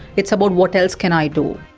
it's about what else can i do?